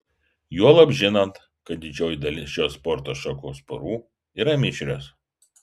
juolab žinant kad didžioji dalis šios sporto šakos porų yra mišrios